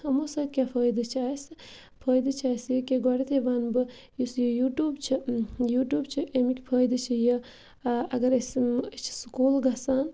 یِمو سۭتۍ کیاہ فٲیدٕ چھِ اَسہِ فٲیدٕ چھِ اَسہِ یہِ کہِ گۄڈٮ۪تھٕے وَنہٕ بہٕ یُس یہِ یوٗٹیوٗب چھِ یوٗٹیوٗب چھِ اَمِکۍ فٲیدٕ چھِ یہِ اَگر أسۍ أسۍ چھِ سکوٗل گژھان